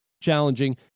challenging